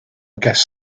guest